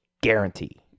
guarantee